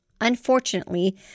Unfortunately